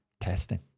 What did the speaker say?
testing